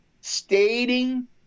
stating